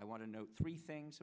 i want to note three things